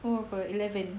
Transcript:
oh apa eleven